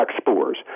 spores